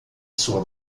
sua